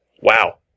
wow